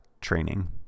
training